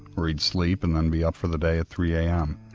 or he'd sleep and then be up for the day at three am.